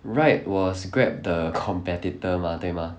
Ryde was Grab 的 competitor mah 对 mah